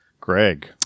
Greg